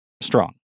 strong